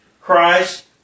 Christ